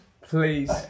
Please